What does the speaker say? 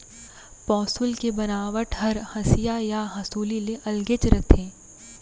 पौंसुल के बनावट हर हँसिया या हँसूली ले अलगेच रथे